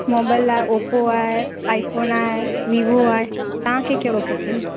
mobile आहे Oppo आहे iPhone आहे वीवो आहे तव्हांखे कहिड़ो खपे